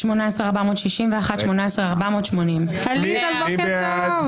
18,141 עד 18,160. מי בעד?